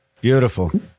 Beautiful